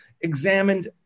examined